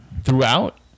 Throughout